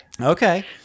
Okay